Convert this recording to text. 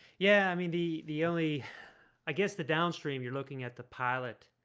yeah, i mean the the only i guess the downstream you're looking at the pilot